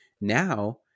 now